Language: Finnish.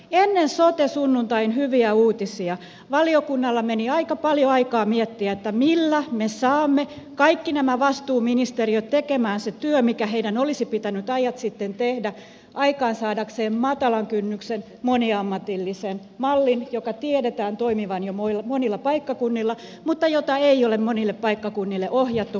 ennen sote sunnuntain hyviä uutisia valiokunnalla meni aika paljon aikaa miettiä millä me saamme kaikki nämä vastuuministeriöt tekemään sen työn mikä heidän olisi pitänyt ajat sitten tehdä aikaansaadakseen matalan kynnyksen moniammatillisen mallin jonka tiedetään toimivan jo monilla paikkakunnilla mutta jota ei ole monille paikkakunnille ohjattu pakotettu säädetty